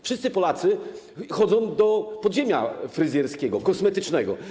Wszyscy Polacy chodzą do podziemia fryzjerskiego, kosmetycznego.